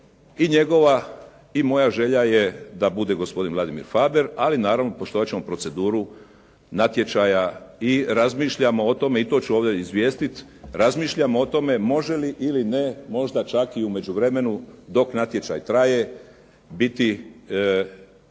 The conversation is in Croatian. i njegova i moja želja je da bude gospodin Vladimir Faber, ali naravno poštovat ćemo proceduru natječaja. I razmišljamo o tome i to ću ovdje izvijestit, razmišljamo o tome može li ili ne, možda čak i u međuvremenu dok natječaj traje, biti